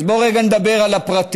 אז בוא רגע נדבר על הפרטים.